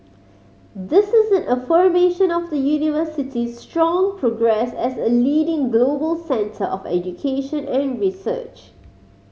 this is affirmation of the University's strong progress as a leading global centre of education and research